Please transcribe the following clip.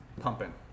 pumping